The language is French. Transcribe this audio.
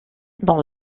dans